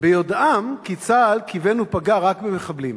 ביודעם כי צה"ל כיוון ופגע רק במחבלים.